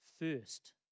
first